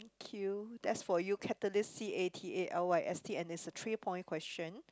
queue that's for you catalyst C A T A L Y S T and it's a three point question